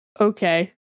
okay